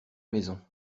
maison